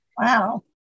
Wow